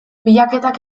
bilaketak